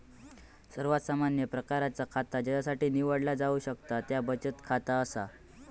सर्वात सामान्य प्रकारचा खाता ज्यासाठी निवडला जाऊ शकता त्या बचत खाता असा